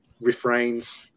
refrains